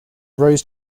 rose